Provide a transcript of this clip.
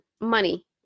money